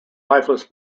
lifeless